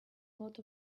lot